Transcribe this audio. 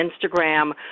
Instagram